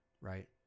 right